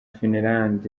finland